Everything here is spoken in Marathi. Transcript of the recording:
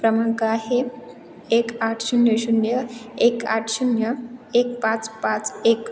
क्रमांक आहे एक आठ शून्य शून्य एक आठ शून्य एक पाच पाच एक